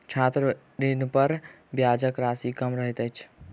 छात्र ऋणपर ब्याजक राशि कम रहैत अछि